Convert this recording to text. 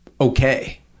okay